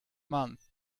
month